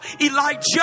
Elijah